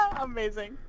Amazing